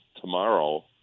tomorrow